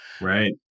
Right